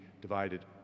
divided